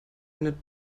ende